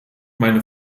meine